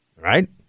Right